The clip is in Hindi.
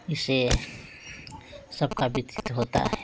ऐसे सबका व्यतीत होता है